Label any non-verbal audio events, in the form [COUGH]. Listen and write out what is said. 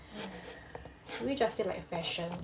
[BREATH] should we just say like fashion